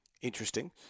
Interesting